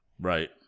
Right